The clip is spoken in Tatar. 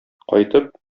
кайтып